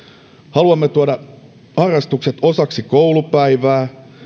haluamme tuoda harrastukset osaksi koulupäivää